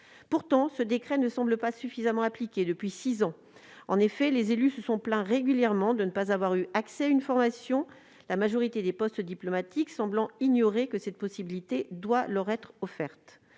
Pourtant, ce décret ne semble pas suffisamment appliqué depuis six ans. En effet, les élus se sont plaints régulièrement de ne pas avoir eu accès à une formation, la majorité des postes diplomatiques semblant ignorer que cette possibilité doit leur être offerte.